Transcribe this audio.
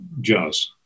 jazz